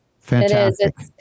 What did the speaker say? Fantastic